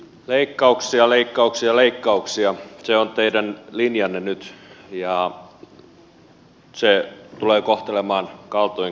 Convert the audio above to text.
leikkauksia leikkauksia leikkauksia se on teidän linjanne nyt ja se tulee kohtelemaan kaltoin köyhää kansaa